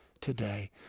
today